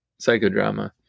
psychodrama